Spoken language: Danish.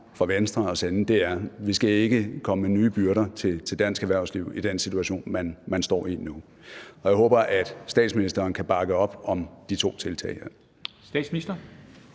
for Venstre at sende er, at vi ikke skal komme med nye byrder til dansk erhvervsliv i den situation, man står i nu. Jeg håber, at statsministeren kan bakke op om de her to tiltag.